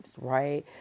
right